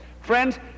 Friends